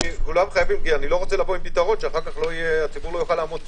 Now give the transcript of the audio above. אני לא רוצה לבוא עם פתרון שהציבור לא יוכל לעמוד בו.